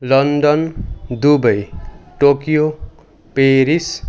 London Dubai Tokyo Paris